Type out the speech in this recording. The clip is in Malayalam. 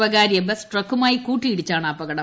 സ്വകാര്യ ബസ് ട്രക്കുമായി കൂട്ടിയിടിച്ചാണ് അപകടം